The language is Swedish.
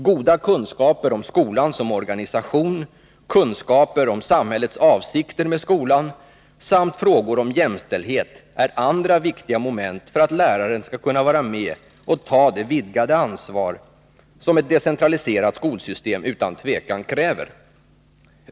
Goda kunskaper om skolan som organisation, kunskaper om samhällets avsikter med skolan samt frågor om jämställdhet är andra viktiga moment för att läraren skall kunna vara med och ta det vidgade ansvar som ett decentraliserat skolsystem utan tvivel kräver.